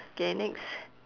okay next